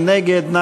מי נגד?